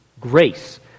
grace